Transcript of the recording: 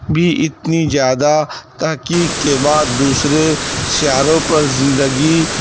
بھی اتنی زیادہ تحقیق کے بعد دوسرے سیاروں پر زندگی